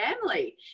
family